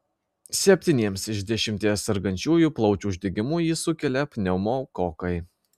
septyniems iš dešimties sergančiųjų plaučių uždegimu jį sukelia pneumokokai